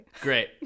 great